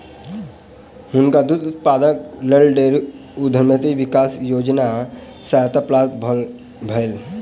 हुनका दूध उत्पादनक लेल डेयरी उद्यमिता विकास योजना सॅ सहायता प्राप्त भेलैन